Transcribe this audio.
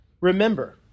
remember